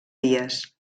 dies